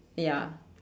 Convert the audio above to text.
ya